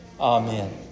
Amen